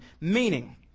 Meaning